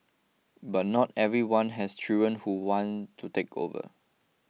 but not everyone has children who want to take over